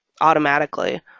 automatically